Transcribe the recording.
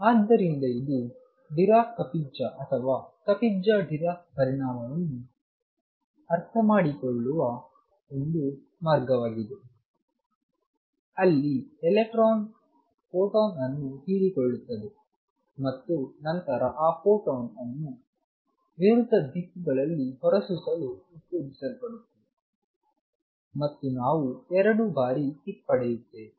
ಆದ್ದರಿಂದ ಇದು Dirac Kapitza ಅಥವಾ ಕಪಿಟ್ಜಾ ಡಿರಾಕ್ ಪರಿಣಾಮವನ್ನು ಅರ್ಥಮಾಡಿಕೊಳ್ಳುವ ಒಂದು ಮಾರ್ಗವಾಗಿದೆ ಅಲ್ಲಿ ಎಲೆಕ್ಟ್ರಾನ್ ಫೋಟಾನ್ ಅನ್ನು ಹೀರಿಕೊಳ್ಳುತ್ತದೆ ಮತ್ತು ನಂತರ ಆ ಫೋಟಾನ್ ಅನ್ನು ವಿರುದ್ಧ ದಿಕ್ಕುಗಳಲ್ಲಿ ಹೊರಸೂಸಲು ಉತ್ತೇಜಿಸಲ್ಪಡುತ್ತದೆ ಮತ್ತು ನಾವು ಎರಡು ಬಾರಿ ಕಿಕ್ ಪಡೆಯುತ್ತೇವೆ